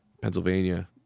Pennsylvania